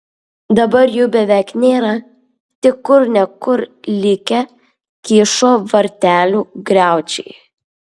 dabar jų beveik nėra tik kur ne kur likę kyšo vartelių griaučiai